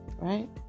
right